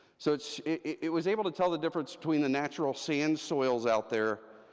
so it's, it was able to tell the difference between the natural sand soils out there,